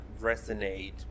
resonate